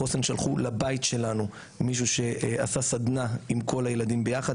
חוסן שלחו לבית שלנו מישהו שעשה סדנה עם כל הילדים ביחד.